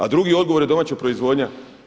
A drugi odgovor je domaća proizvodnja.